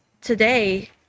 today